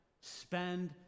spend